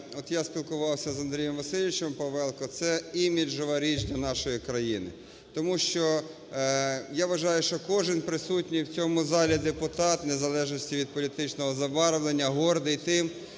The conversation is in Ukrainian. я спілкувався з Андрієм Васильовичем Павелко, це іміджева річ для нашої країни. Тому що, я вважаю, що кожен присутній з цьому залі депутат, незалежно від політичного забарвлення, гордий тим,